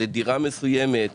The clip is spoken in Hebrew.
לדירה מסוימת,